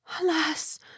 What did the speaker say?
alas